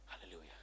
Hallelujah